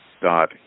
dot